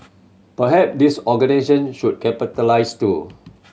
perhaps these organisation should capitalise too